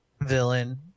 villain